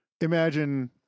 imagine